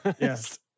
Yes